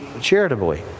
charitably